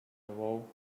wall